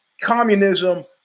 communism